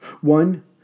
One